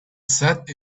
sat